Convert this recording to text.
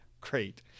great